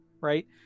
right